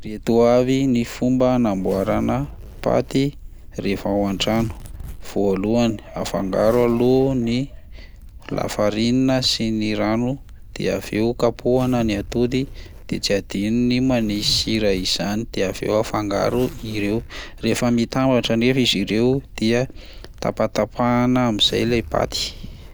Ireto avy ny fomba hanamboarana paty rehefa ao an-trano: voalohany afangaro aloha ny lafarinina sy ny rano, de avy eo kapohina ny atody de tsy adino ny manisy sira izany, de avy eo afangaro ireo, rehefa mitambatra anefa izy ireo dia tapatapahana amin'izay ilay paty.